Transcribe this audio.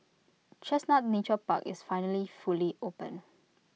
chestnut Nature Park is finally fully open